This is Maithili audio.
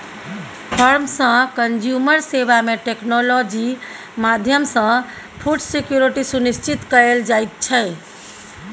फार्म सँ कंज्यूमर सेबा मे टेक्नोलॉजी माध्यमसँ फुड सिक्योरिटी सुनिश्चित कएल जाइत छै